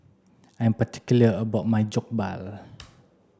I'm particular about my Jokbal